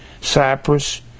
Cyprus